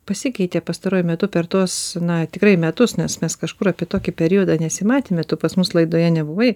pasikeitė pastaruoju metu per tuos na tikrai metus nes mes kažkur apie tokį periodą nesimatėme tu pas mus laidoje nebuvai